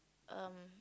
um